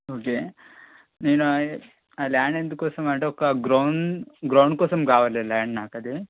okay నేను land ఎందుకోసమంటే ఒక గ్రౌండ్ గ్రౌండ్ కోసం కావాలి ల్యాండ్ నాకది